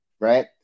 right